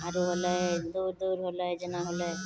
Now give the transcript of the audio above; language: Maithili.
आओर होलै दूर दूर होलै जेना होलै